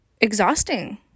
exhausting